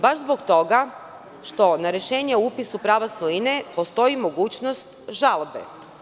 Baš zbog toga što na rešenje o upisu prava svojine postoji mogućnost žalbe.